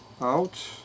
out